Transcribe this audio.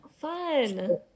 Fun